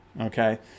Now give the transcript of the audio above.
okay